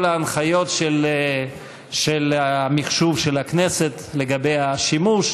ההנחיות של אגף המחשוב של הכנסת לגבי השימוש,